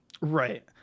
Right